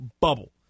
bubble